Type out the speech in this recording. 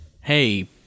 hey